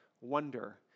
wonder